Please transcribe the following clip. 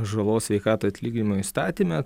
žalos sveikatai atlyginimo įstatyme